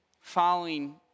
following